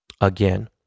again